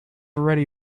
already